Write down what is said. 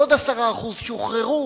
ועוד 10% שוחררו